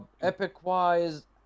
Epic-wise